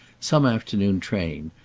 some afternoon train,